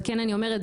אבל כן אני אומרת,